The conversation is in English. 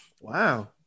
Wow